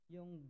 Yung